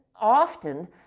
often